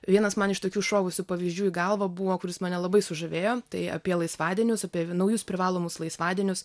vienas man iš tokių šovusių pavyzdžių į galvą buvo kuris mane labai sužavėjo tai apie laisvadienius apie naujus privalomus laisvadienius